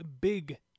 big